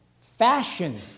fashion